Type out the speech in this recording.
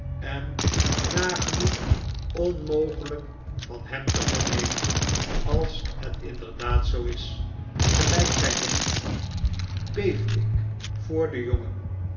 en nagenoeg onmogelijk van hem te vernemen als het inderdaad zoo is gelijk gij denkt beef ik voor den jongen